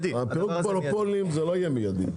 הפירוק של מונופולים זה לא יהיה מיידי,